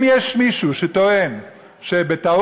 אם יש מישהו שטוען שבטעות,